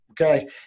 Okay